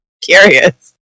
Curious